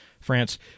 France